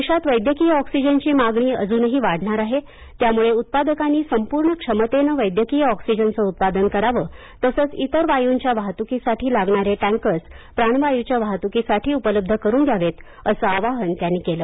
देशात वैद्यकीय अॅक्सिजनची मागणी अजूनही वाढणार आहे त्यामुळे उत्पादकांनी संपूर्ण क्षमतेनं वैद्यकीय ऑक्सिजनचं उत्पादन करावं तसंच इतर वायूंच्या वाहतुकीसाठी लागणारे टँकर्स प्राणवायूच्या वाहतुकीसाठी उपलब्ध करून द्यावेत असं आवाहन त्यांनी केलं